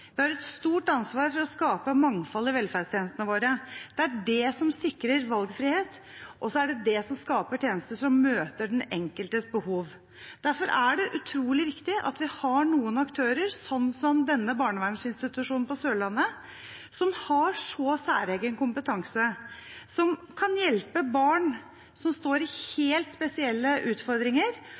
Vi har et stort ansvar for å skape mangfold i velferdstjenestene våre. Det er det som sikrer valgfrihet, og det er det som skaper tjenester som møter den enkeltes behov. Derfor er det utrolig viktig at vi har noen aktører, slik som denne barnevernsinstitusjonen på Sørlandet, som har så særegen kompetanse, som kan hjelpe barn som står i helt spesielle utfordringer,